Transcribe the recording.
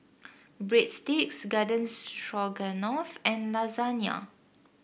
Breadsticks Garden Stroganoff and Lasagna